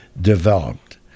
developed